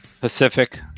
Pacific